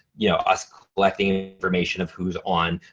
yeah us collecting information of who's on,